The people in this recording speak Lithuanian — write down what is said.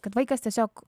kad vaikas tiesiog